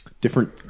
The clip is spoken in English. different